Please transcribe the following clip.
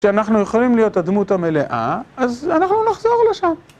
כשאנחנו יכולים להיות הדמות המלאה, אז אנחנו נחזור לשם.